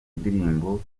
ndirimbo